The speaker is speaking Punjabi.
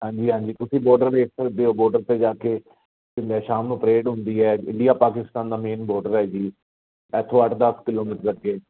ਹਾਂਜੀ ਹਾਂਜੀ ਤੁਸੀਂ ਬੋਡਰ 'ਤੇ ਜਾ ਕੇ ਸ਼ਾਮ ਨੂੰ ਪਰੇਡ ਹੁੰਦੀ ਹੈ ਇੰਡੀਆ ਪਾਕਿਸਤਾਨ ਦਾ ਮੇਨ ਬੋਡਰ ਹੈ ਜੀ ਐਥੋਂ ਅੱਠ ਦਸ ਕਿਲੋਮੀਟਰ ਅੱਗੇ